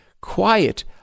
quiet